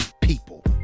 people